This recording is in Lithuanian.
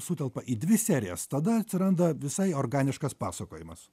sutelpa į dvi serijas tada atsiranda visai organiškas pasakojimas